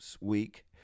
week